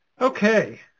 Okay